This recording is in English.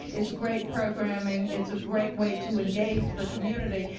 it's great programming. it's a great way to engage the community.